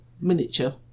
miniature